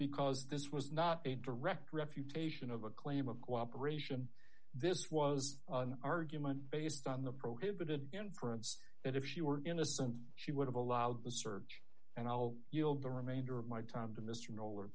because this was not a direct refutation of a claim of cooperation this was an argument based on the prohibited inference that if she were innocent she would have allowed the search and i'll yield the remainder of my time to mr nol